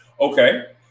okay